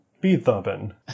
Beethoven